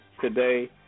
today